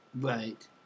right